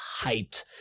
hyped